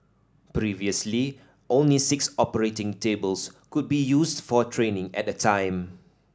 previously only six operating tables could be used for training at a time